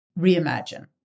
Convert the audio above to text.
reimagine